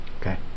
Okay